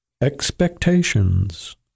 Expectations